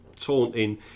taunting